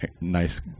nice